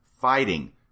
fighting